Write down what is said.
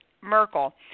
Merkel